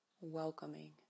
welcoming